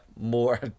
more